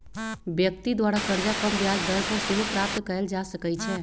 व्यक्ति द्वारा करजा कम ब्याज दर पर सेहो प्राप्त कएल जा सकइ छै